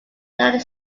united